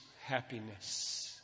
happiness